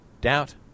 Doubt